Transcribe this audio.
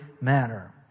manner